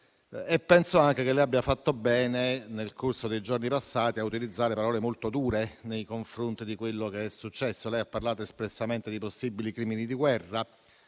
condivido, e che abbia fatto bene, nel corso dei giorni scorsi, a utilizzare parole molto dure nei confronti di quello che è successo. Ha parlato espressamente di possibili crimini di guerra